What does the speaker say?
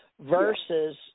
versus